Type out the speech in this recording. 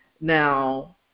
Now